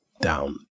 down